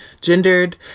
gendered